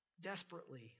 desperately